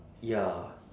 ya